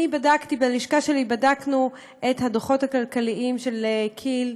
אני והלשכה שלי בדקנו את הדוחות הכלכליים של כי"ל,